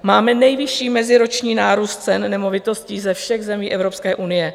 Máme nejvyšší meziroční nárůst cen nemovitostí ze všech zemí Evropské unie.